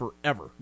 forever